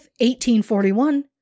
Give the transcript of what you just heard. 1841